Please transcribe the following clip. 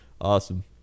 Awesome